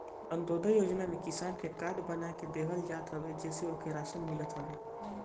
अन्त्योदय योजना में किसान के कार्ड बना के देहल जात हवे जेसे ओके राशन मिलत हवे